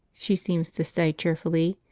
she seems to say cheerfully,